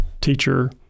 teacher